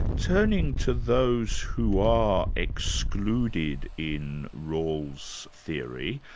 turning to those who are excluded in rawls' theory,